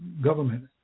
government